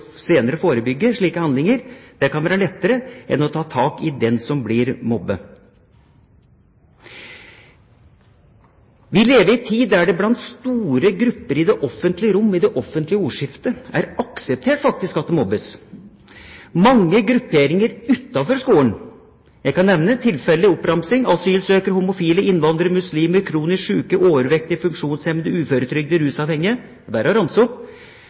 senere forebygge slike handlinger. Det kan være lettere enn å ta tak i den som blir mobbet. Vi lever i en tid der det blant store grupper i det offentlige rom, i det offentlige ordskiftet faktisk er akseptert at det mobbes. Det gjelder mange grupperinger utenfor skolen. Jeg kan ta en tilfeldig oppramsing: asylsøkere, homofile, innvandrere, muslimer, kronisk sjuke, overvektige, funksjonshemmede, uføretrygdede, rusavhengige – det er bare å ramse opp.